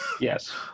Yes